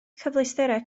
cyfleusterau